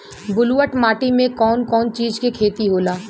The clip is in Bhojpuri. ब्लुअट माटी में कौन कौनचीज के खेती होला?